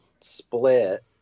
split